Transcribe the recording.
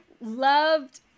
loved